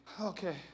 okay